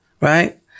Right